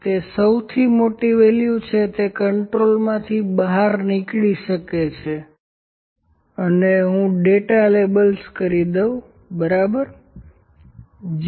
તે સૌથી મોટી વેલ્યુ છે તે કન્ટ્રોલમાંથી બહાર નીકળી શકે છે અને હું ડેટા લેબલ્સ કરી દઉં બરાબર 0